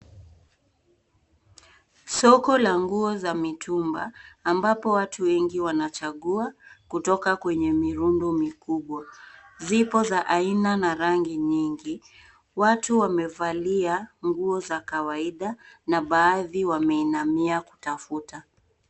Soko la nguo za mitumba ambako watu wengi wanachagua kutoka kwenye mirundo mikubwa. Zipo za aina na rangi nyingi. Watu wamevalia nguo za kawaida na baadhi wameinamia kutafuta.